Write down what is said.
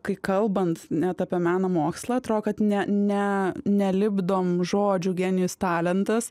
kai kalbant net apie meno mokslą atrodo kad ne ne nelipdom žodžių genijus talentas